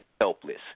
helpless